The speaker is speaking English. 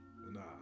Nah